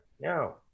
No